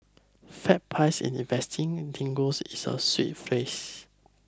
fat pies in investing lingo is a sweet phrase